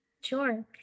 Sure